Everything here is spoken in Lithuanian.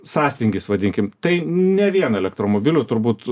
sąstingis vadinkim tai ne vien elektromobilių turbūt